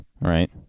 right